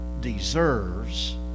deserves